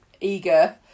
eager